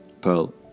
Pearl